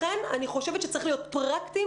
לכן אני חושבת שצריך להיות פרקטיים